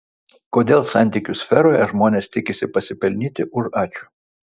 kodėl santykių sferoje žmonės tikisi pasipelnyti už ačiū